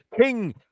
King